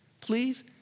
please